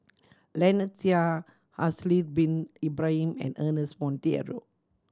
Lynnette Seah Haslir Bin Ibrahim and Ernest Monteiro